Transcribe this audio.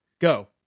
Go